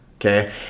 Okay